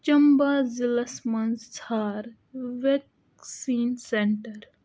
چمبہ ضلعس مَنٛز ژھانڑ ویکسیٖن سینٹر